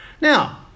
Now